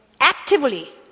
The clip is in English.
actively